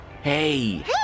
Hey